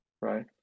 right